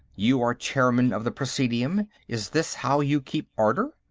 you are chairman of the presidium is this how you keep order